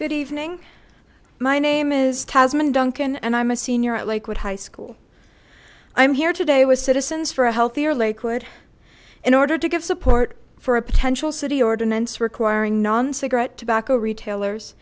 good evening my name is tasman duncan and i'm a senior at lakewood high school i'm here today with citizens for a healthier lakewood in order to give support for a potential city ordinance requiring non cigarette tobacco retailers